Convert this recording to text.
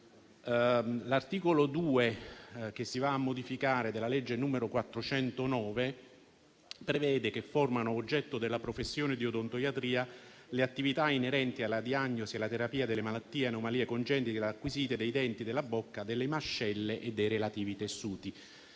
del 1985, che si va a modificare, prevede che formino oggetto della professione di odontoiatria le attività inerenti alla diagnosi e alla terapia delle malattie e anomalie congenite ed acquisite dei denti, della bocca, delle mascelle e dei relativi tessuti.